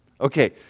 Okay